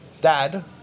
dad